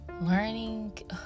learning